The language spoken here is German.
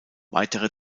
weitere